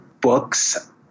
books